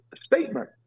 statement